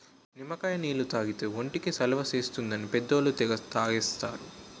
నిమ్మకాయ నీళ్లు తాగితే ఒంటికి చలవ చేస్తుందని పెద్దోళ్ళు తెగ తాగేస్తారు